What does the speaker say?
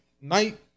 night